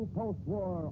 post-war